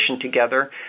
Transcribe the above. together